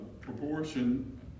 proportion